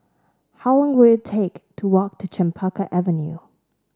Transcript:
how long will it take to walk to Chempaka Avenue